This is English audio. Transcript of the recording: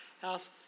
house